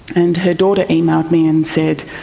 and her daughter emailed me and said,